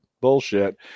bullshit